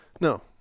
No